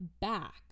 back